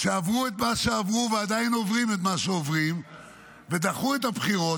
שעברו את מה שעברו ועדיין עוברים את מה שעוברים ודחו את הבחירות,